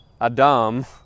Adam